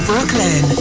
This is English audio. Brooklyn